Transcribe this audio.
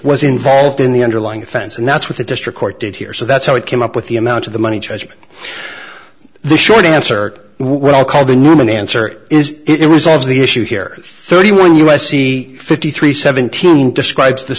was involved in the underlying offense and that's what the district court did here so that's how it came up with the amount of the money judgment the short answer what i'll call the norman answer is it resolves the issue here thirty one us c fifty three seventeen describes the